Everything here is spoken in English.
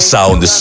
Sound